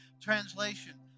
translation